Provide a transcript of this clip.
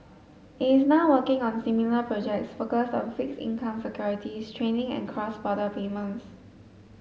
it is now working on similar projects focused on fixed income securities trading and cross border payments